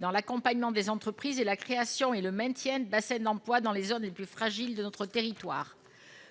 dans l'accompagnement des entreprises et la création et le maintien de la d'emploi dans les zones les plus fragiles de notre territoire,